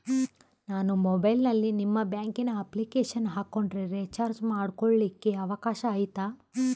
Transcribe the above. ನಾನು ಮೊಬೈಲಿನಲ್ಲಿ ನಿಮ್ಮ ಬ್ಯಾಂಕಿನ ಅಪ್ಲಿಕೇಶನ್ ಹಾಕೊಂಡ್ರೆ ರೇಚಾರ್ಜ್ ಮಾಡ್ಕೊಳಿಕ್ಕೇ ಅವಕಾಶ ಐತಾ?